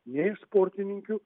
jei iš sportininkių